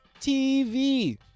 TV